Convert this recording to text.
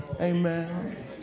Amen